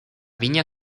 viña